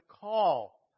call